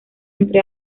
entre